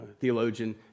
theologian